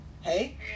Hey